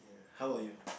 how are you